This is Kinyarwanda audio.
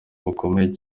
bukomeye